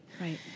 Right